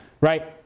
Right